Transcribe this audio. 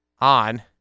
on